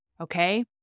Okay